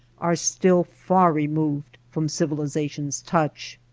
are still far removed from civilization's touch.